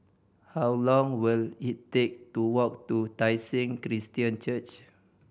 how long will it take to walk to Tai Seng Christian Church